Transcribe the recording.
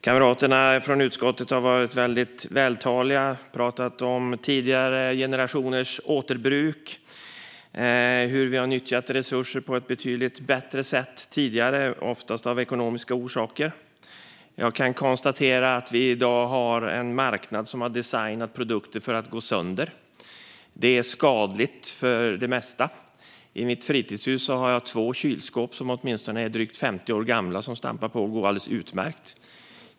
Kamraterna i utskottet har varit väldigt vältaliga och talat om tidigare generationers återbruk - hur vi tidigare har nyttjat resurser på ett betydligt bättre sätt, oftast av ekonomiska orsaker. Jag kan konstatera att vi i dag har en marknad som designar produkter för att gå sönder. Det är skadligt för det mesta. I mitt fritidshus har jag två kylskåp som är åtminstone 50 år gamla, som stampar på och går alldeles utmärkt.